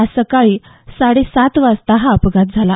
आज सकाळी साडे सात वाजता हा अपघात झाला